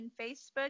Facebook